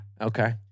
Okay